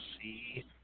see